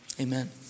Amen